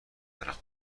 دارم